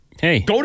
Hey